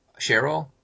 Cheryl